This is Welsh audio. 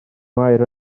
mair